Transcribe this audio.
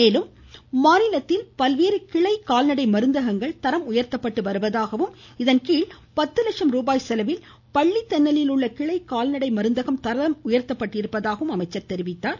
மேலும் மாநிலத்தில் பல்வேறு கிளை கால்நடை மருந்தகங்கள் தரம் உயர்த்தப்பட்டு வருவதாகவும் இதன்கீழ் பத்து லட்ச ரூபாய் செலவில் பள்ளி தென்னலில் உள்ள கிளை கால்நடை மருந்தகம் தரம் உயர்த்தப்பட்டிருப்பதாகவும் தெரிவித்தார்